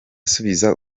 asubiza